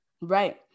right